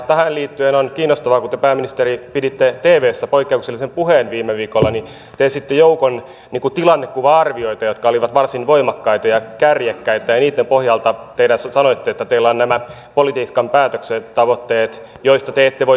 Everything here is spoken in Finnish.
tähän liittyen on kiinnostavaa että kun te pääministeri piditte tvssä poikkeuksellisen puheen viime viikolla niin te esititte joukon tilannekuva arvioita jotka olivat varsin voimakkaita ja kärjekkäitä ja niitten pohjalta te sanoitte että teillä on nämä politiikan päätöksen tavoitteet joista te ette voi tinkiä